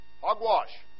Hogwash